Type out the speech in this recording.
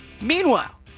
Meanwhile